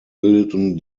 bildeten